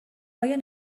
آیا